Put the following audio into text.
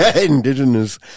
Indigenous